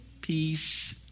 peace